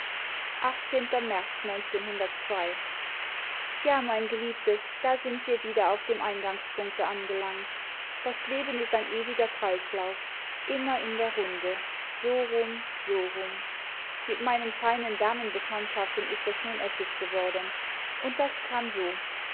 märz ja mein geliebtes da sind wir wieder auf dem eingangspunkte angelangt das leben ist ein ewiger kreislauf immer in der runde so rum so rum mit meinen feinen damenbekaiintschaften ist es nun essig geworden und das kam so